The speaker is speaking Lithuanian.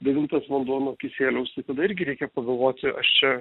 devintas vanduo nuo kisieliaus tai tada irgi reikia pagalvoti aš čia